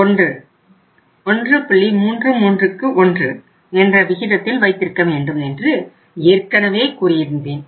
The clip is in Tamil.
331 என்ற விகிதத்தில் வைத்திருக்க வேண்டும் என்று ஏற்கனவே கூறியிருந்தேன்